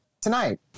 tonight